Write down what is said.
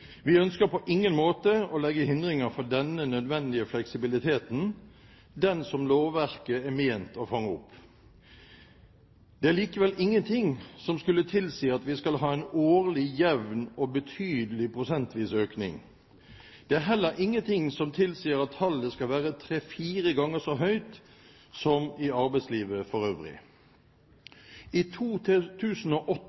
Vi ønsker på ingen måte å legge hindringer for denne nødvendige fleksibiliteten, den som lovverket er ment å fange opp. Det er likevel ingenting som skulle tilsi at vi skal ha en årlig jevn og betydelig prosentvis økning. Det er heller ingenting som tilsier at tallet skal være tre–fire ganger så høyt som i arbeidslivet for øvrig.